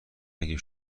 اگه